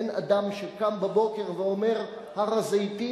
אין אדם שקם בבוקר ואומר: הר-הזיתים,